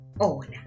¡Hola